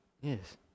Yes